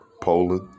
Poland